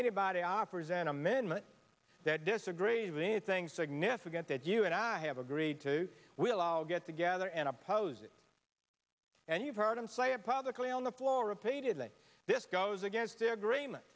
anybody offers an amendment that disagree with anything significant that you and i have agreed to we'll all get together and oppose it and you've heard him say it publicly on the floor repeatedly this goes against the agreement